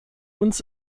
uns